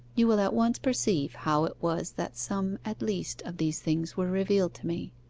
you will at once perceive how it was that some at least of these things were revealed to me.